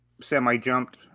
semi-jumped